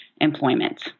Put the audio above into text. employment